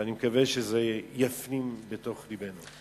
ואני מקווה שזה יפנים בתוך לבנו.